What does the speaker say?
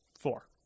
Four